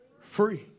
free